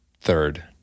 third